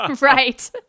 Right